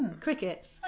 Crickets